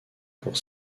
pour